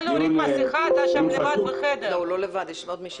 נמצאת יחד אתי